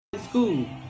School